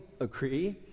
agree